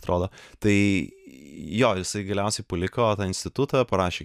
atrodo tai jo jisai galiausiai paliko tą institutą parašė